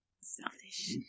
Selfish